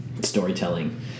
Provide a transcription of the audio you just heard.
storytelling